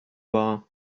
bar